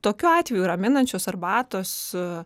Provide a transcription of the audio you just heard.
tokiu atveju raminančios arbatos